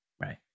Right